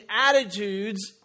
attitudes